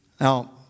Now